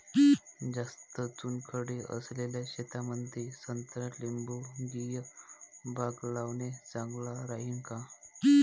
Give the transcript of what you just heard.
जास्त चुनखडी असलेल्या शेतामंदी संत्रा लिंबूवर्गीय बाग लावणे चांगलं राहिन का?